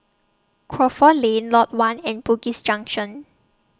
Crawford Lane Lot one and Bugis Junction